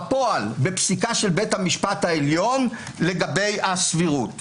בפועל, בפסיקה של בית המשפט העליון לגבי הסבירות.